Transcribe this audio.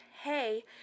Hey